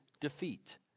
defeat